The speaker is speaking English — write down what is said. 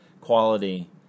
quality